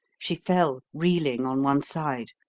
she fell, reeling, on one side.